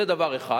זה דבר אחד.